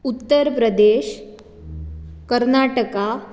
Uttar Pradesh Karnataka